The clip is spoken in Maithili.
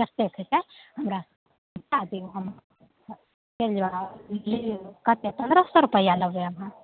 जतेक हइके हमरा पहुँचा दिऔ हम चलि जेबै कतेक पनरह सओ रुपैआ लेबै अहाँ